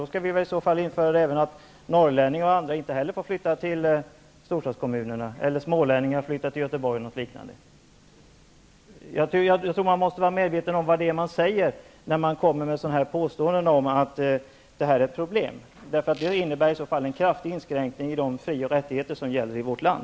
Det måste då även gälla t.ex. norrlänningar, som inte får flytta till storstadskommunerna, eller smålänningar som inte får flytta till Göteborg eller liknande. När man kommer med påståenden om att detta är ett problem måste man vara medveten om vad man säger. Det innebär i så fall en kraftig inskränkning i de fri och rättigheter som gäller i vårt land.